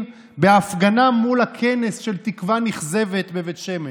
בהפגנה מול הכנס של תקווה נכזבת בבית שמש.